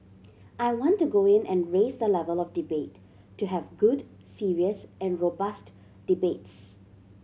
I want to go in and raise the level of debate to have good serious and robust debates